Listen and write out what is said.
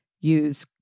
Use